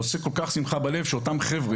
משמח שאותם חבר'ה,